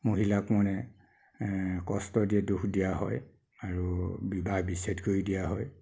মহিলাক মানে কষ্ট দিয়ে দোষ দিয়া হয় আৰু বিবাহ বিচ্ছেদ কৰি দিয়া হয়